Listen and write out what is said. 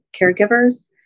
caregivers